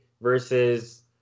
versus